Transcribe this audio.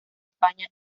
españa